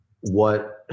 what-